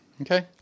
Okay